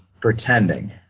pretending